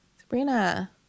Sabrina